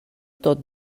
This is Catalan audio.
tot